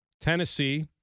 Tennessee